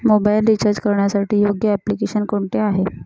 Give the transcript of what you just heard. Mobile recharge करण्यासाठी योग्य application कोणते आहे?